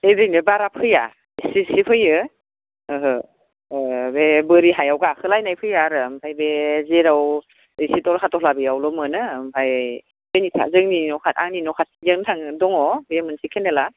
बे जोंनाव बारा फैया एसे एसे फैयो ओहो बे बोरि हायाव गाखोलायनाय फैया आरो ओमफ्राय बे जेराव एसे दहला दहलायावल' मोनो ओमफाय बे जोंनि आंनि न' खाथिनियावनो थाङो दङ बे मोनसे केनेला